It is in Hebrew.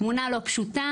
תמונה לא פשוטה.